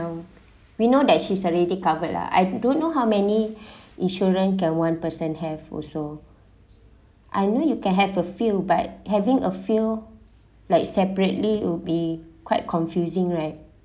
we know that she's already covered lah I don't know how many insurance can one person have also I know you can have a few but having a few like separately it'll be quite confusing right